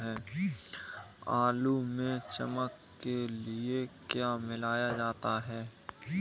आलू में चमक के लिए क्या मिलाया जाता है?